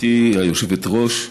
גברתי היושבת-ראש,